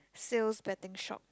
sales betting shop